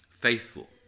faithful